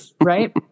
right